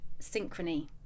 synchrony